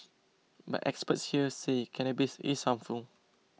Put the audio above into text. but experts here say cannabis is harmful